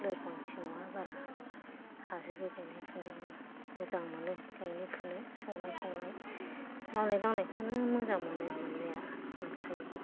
लोरबांथि नङा बारा हाजोबो गाइनायफुनायावबो मोजां मोनो गाइनो फुनो संनाय खावनाय मावनाय दांनायखौनो मोजां मोनो मोननाया मोनखायो